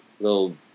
little